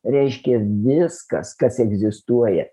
reiškia viskas kas egzistuoja